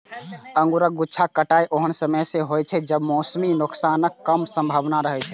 अंगूरक गुच्छाक कटाइ ओहन समय मे होइ छै, जब मौसमी नुकसानक कम संभावना रहै छै